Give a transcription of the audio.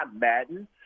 Madden